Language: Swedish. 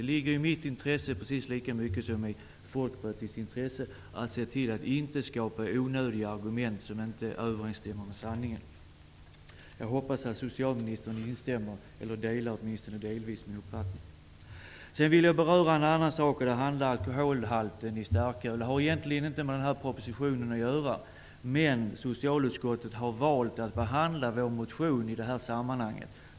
Det ligger lika mycket i mitt som i Folkpartiets intresse att se till att inte skapa onödiga argument som inte överensstämmer med sanningen. Jag hoppas att socialministern delar min uppfattning. Jag vill beröra en annan sak. Det gäller alkoholhalten i starköl. Frågan har egentligen inte med denna proposition att göra. Men socialutskottet har valt att behandla vår motion i det här sammanhanget.